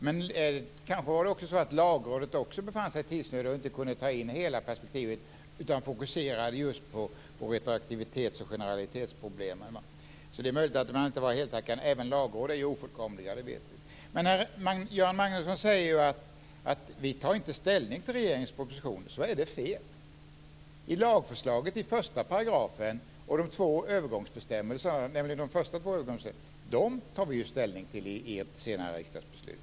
Men kanske var det också så att Lagrådet befann sig i tidsnöd och inte kunde ta in hela perspektivet utan fokuserade på retroaktivitets och generalitetsproblemen. Det är möjligt att man inte var heltäckande. Även lagråd är ju ofullkomliga, det vet vi. Göran Magnusson säger att vi inte tar ställning till regeringens proposition. Det är fel. Lagförslaget i 1 § och de två första övergångsbestämmelserna tar vi ju ställning till i ett senare riksdagsbeslut.